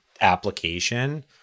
application